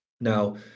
now